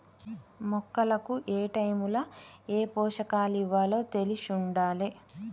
మొక్కలకు ఏటైముల ఏ పోషకాలివ్వాలో తెలిశుండాలే